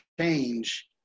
change